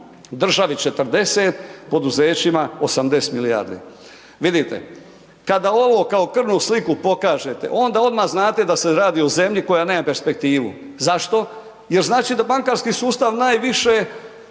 državi 40, poduzećima 80 milijardi. Vidite, kada ovo kao krvnu sliku pokažete onda odmah znate da se radi o zemlji koja nema perspektivu. Zašto? Jer znači da bankarski sustav najviše